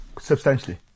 Substantially